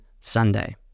Sunday